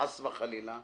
חס וחלילה,